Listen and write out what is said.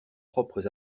propres